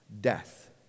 death